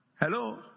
Hello